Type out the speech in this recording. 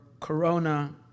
Corona